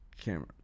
camera